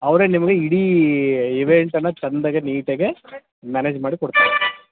ಅವರೆ ನಿಮಗೆ ಇಡೀ ಈವೆಂಟನ್ನು ಚೆಂದಾಗಿ ನೀಟಾಗಿ ಮ್ಯಾನೇಜ್ ಮಾಡಿ ಕೊಡ್ತಾರೆ